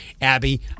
abby